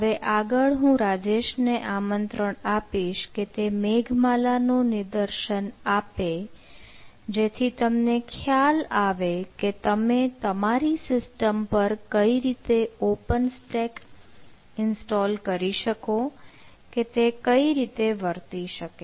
હવે આગળ હું રાજેશ ને આમંત્રણ આપીશ કે તે મેઘ માલાનો નિદર્શન આપે જેથી તમને ખ્યાલ આવે કે તમે તમારી સિસ્ટમ પર કઈ રીતે ઓપન સ્ટેક ઇન્સ્ટોલ કરી શકો કે તે કઈ રીતે વર્તી શકે